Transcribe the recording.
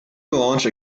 launched